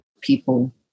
people